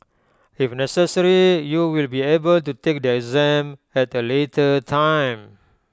if necessary you will be able to take the exam at the later time